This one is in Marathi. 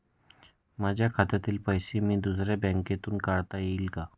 माझ्या खात्यातील पैसे मी दुसऱ्या बँकेतून काढता येतील का?